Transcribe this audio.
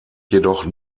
jedoch